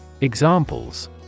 Examples